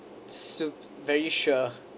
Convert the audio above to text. sup~ very sure